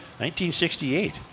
1968